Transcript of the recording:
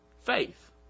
Faith